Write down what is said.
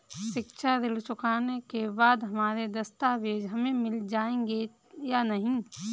शिक्षा ऋण चुकाने के बाद हमारे दस्तावेज हमें मिल जाएंगे या नहीं?